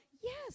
Yes